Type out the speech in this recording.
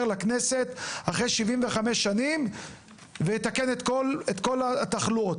לכנסת אחרי 75 שנים ויתקן את כל התחלואות.